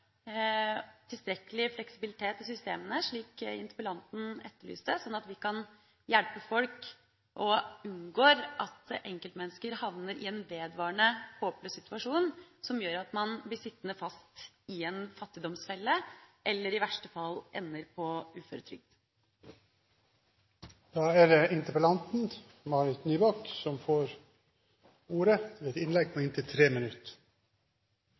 tilstrekkelig fleksibilitet i systemene, slik interpellanten etterlyste, slik at vi kan hjelpe folk og unngår at enkeltmennesker havner i en vedvarende håpløs situasjon som gjør at man blir sittende fast i en fattigdomsfelle, eller i verste fall ender på uføretrygd. La meg takke statsråden for et svar som jeg synes var positivt og oppløftende. Jeg føler at hun tar dette på